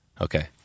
Okay